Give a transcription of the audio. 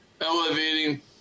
elevating